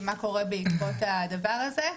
ומה קורה בעקבות הדבר הזה,